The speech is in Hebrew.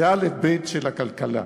זה אלף-בית של הכלכלה.